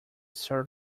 sir